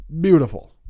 beautiful